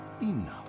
enough